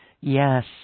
Yes